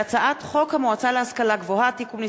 הצעת חוק המועצה להשכלה גבוהה (תיקון מס'